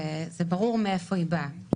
וזה ברור מאיפה היא באה.